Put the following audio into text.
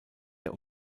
der